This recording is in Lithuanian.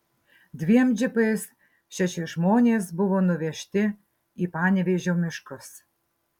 dviem džipais šeši žmonės buvo nuvežti į panevėžio miškus